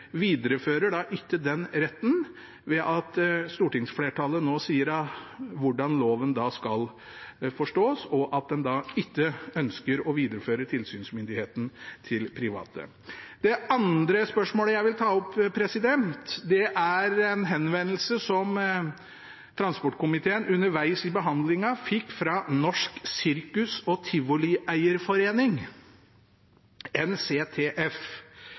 viderefører ikke den retten ved at stortingsflertallet nå sier hvordan loven skal forstås, og at en ikke ønsker å videreføre tilsynsmyndigheten til private. Det andre spørsmålet jeg vil ta opp, er en henvendelse som transportkomiteen fikk underveis i behandlingen fra Norsk Cirkus- og Tivolieierforening,